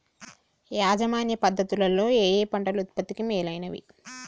యాజమాన్య పద్ధతు లలో ఏయే పంటలు ఉత్పత్తికి మేలైనవి?